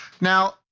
now